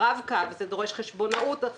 רב-קו שדורש גם חשבונאות,